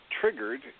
triggered